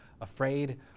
afraid